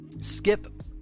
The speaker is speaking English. Skip